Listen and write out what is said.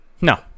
No